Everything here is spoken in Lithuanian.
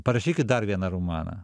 parašykit dar vieną romaną